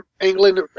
England